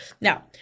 now